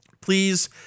please